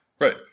Right